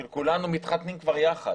של כולנו מתחתנים כבר יחד,